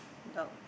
dog